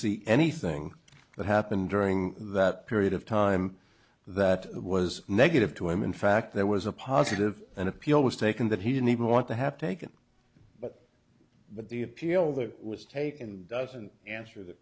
see anything that happened during that period of time that was negative to him in fact there was a positive an appeal was taken that he didn't even want to have taken but the appeal that was taken doesn't answer the